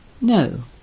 No